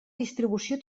distribució